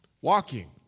Walking